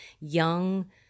young